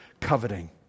coveting